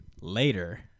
later